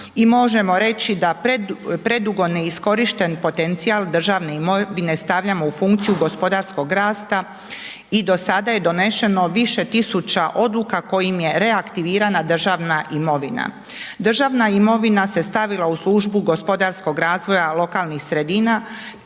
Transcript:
i možemo reći da predugo neiskorišten potencijal državne imovine stavljamo u funkciju gospodarskog rasta i do sada je donešeno više tisuća odluka kojim je reaktivirana državna imovina. Državna imovina se stavila u službu gospodarskog razvoja lokalnih sredina